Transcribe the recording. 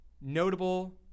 notable